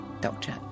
Doctor